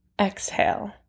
exhale